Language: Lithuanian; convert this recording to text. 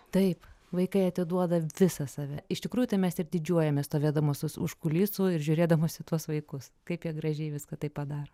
taip vaikai atiduoda visą save iš tikrųjų tai mes ir didžiuojamės stovėdamos us už kulisų ir žiūrėdamos į tuos vaikus kaip jie gražiai viską taip padaro